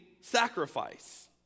sacrifice